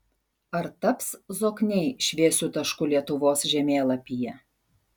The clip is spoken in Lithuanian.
ar taps zokniai šviesiu tašku lietuvos žemėlapyje